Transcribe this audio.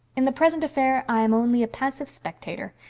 in the present affair i am only a passive spectator.